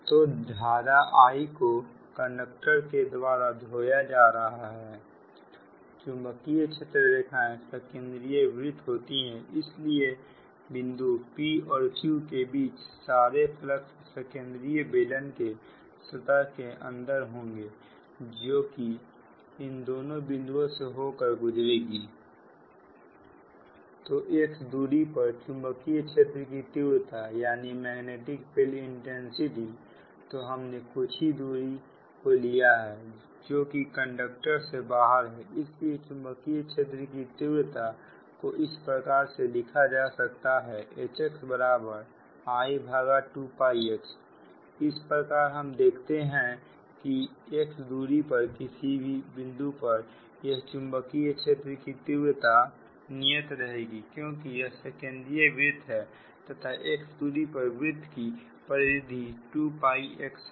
तो धारा I को कंडक्टर के द्वारा ढोया जा रहा है चुंबकीय क्षेत्र रेखाएं सकेंद्रीय वृत होती है इसलिए बिंदु p और q के बीच के सारे फ्लक्स सकेंद्रीय बेलन के सतह के अंदर होंगे जोकि इन दोनों बिंदुओं से होकर गुजरेगा तो x दूरी पर चुंबकीय क्षेत्र की तीव्रता तो हमने कुछ दूरी को लिया है जोकि कंडक्टर से बाहर है इसलिए चुंबकीय क्षेत्र की तीव्रता को इस प्रकार से लिखा जा सकता है HxI2xइस प्रकार हम देखते हैं कि x दूरी के किसी भी बिंदु पर यह चुंबकीय क्षेत्र की तीव्रता नियत रहेगी क्योंकि यह सकेंद्रीय वृत है तथा x दूरी पर वृत की परिधि 2x है